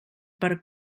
per